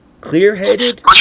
Clear-headed